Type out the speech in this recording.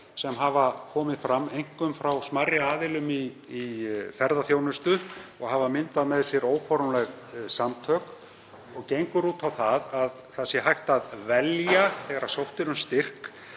sem hefur komið fram, einkum frá smærri aðilum í ferðaþjónustu sem hafa myndað með sér óformleg samtök, og gengur út á að hægt sé að velja þegar sótt er um styrk